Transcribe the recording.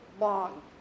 long